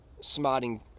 smarting